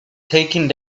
taking